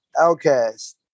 Outcast